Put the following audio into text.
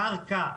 קרקע,